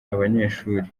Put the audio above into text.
abanyeshuri